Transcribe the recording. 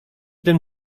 tym